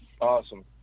awesome